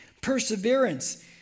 perseverance